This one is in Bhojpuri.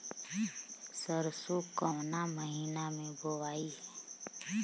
सरसो काउना महीना मे बोआई?